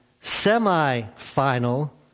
semi-final